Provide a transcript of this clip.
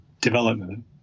development